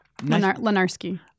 Lenarski